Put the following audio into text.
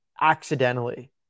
accidentally